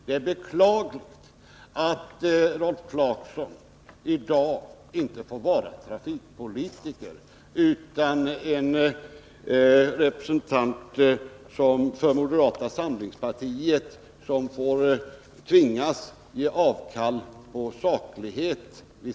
Det är beklagligt att Rolf Clarkson i dag inte får vara trafikpolitiker utan en representant för moderata samlingspartiet som i sitt ställningstagande tvingas ge avkall på sakligheten.